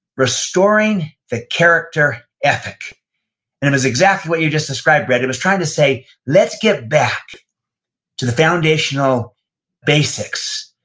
restoring the character ethic. and it was exactly what you just described, brett, it was trying to say, let's get back to the foundational basics,